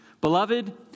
Beloved